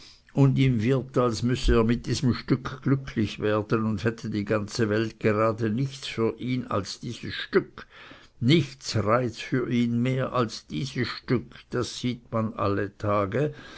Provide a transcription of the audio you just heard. und ihm wird als müßte er mit diesem stück glücklich werden und hätte die ganze welt gerade nichts für ihn als dieses stück nichts reiz für ihn mehr als dieses stück das sieht man alle tage